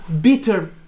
bitter